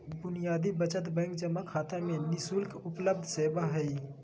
बुनियादी बचत बैंक जमा खाता में नि शुल्क उपलब्ध सेवा हइ